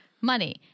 money